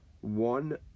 one